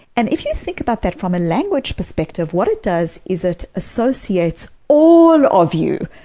and if you think about that from a language perspective, what it does is it associates all of you,